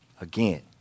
Again